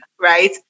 right